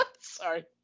Sorry